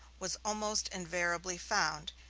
was almost invariably found,